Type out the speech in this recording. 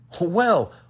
Well